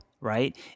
right